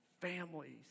families